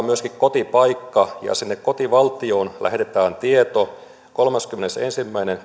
myöskin kotipaikka ja sinne kotivaltioon lähetetään tieto kolmaskymmenesensimmäinen